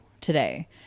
today